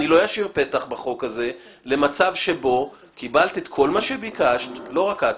אני לא אשאיר פתח בחוק הזה למצב שבו קיבלת את כל מה שביקשת - לא רק את,